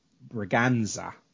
braganza